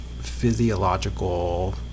physiological